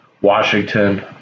Washington